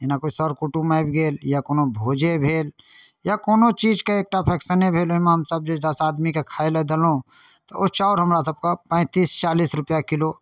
जेना कोइ सर कुटुम्ब आबि गेल या कोनो भोजे भेल या कोनो चीजके एकटा फँक्शने भेल ओहिमे हम दस आदमीके खाइलए देलहुँ तऽ ओ चाउर हमरा सभके पैँतिस चालिस रुपैआ किलो